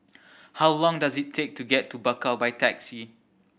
how long does it take to get to Bakau by taxi